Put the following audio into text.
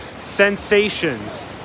sensations